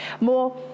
More